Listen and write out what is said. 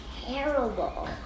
terrible